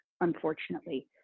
unfortunately